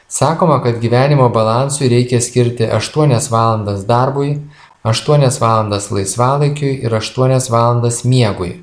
sakoma kad gyvenimo balansui reikia skirti aštuonias valandas darbui aštuonias valandas laisvalaikiui ir aštuonias valandas miegui